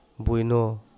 buino